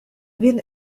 vin